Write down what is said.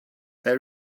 there